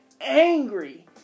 angry